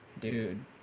dude